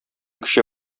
көче